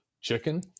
chicken